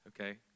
okay